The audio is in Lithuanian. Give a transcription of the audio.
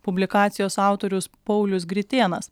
publikacijos autorius paulius gritėnas